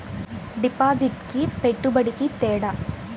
డిపాజిట్కి పెట్టుబడికి తేడా?